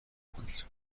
کنید